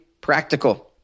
practical